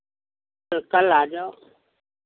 तो कल आ जाओ